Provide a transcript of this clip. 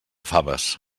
faves